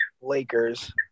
Lakers